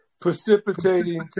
precipitating